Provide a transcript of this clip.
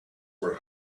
were